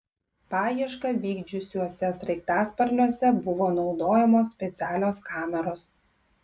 paiešką vykdžiusiuose sraigtasparniuose buvo naudojamos specialios kameros